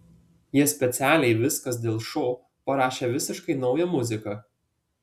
jie specialiai viskas dėl šou parašė visiškai naują muziką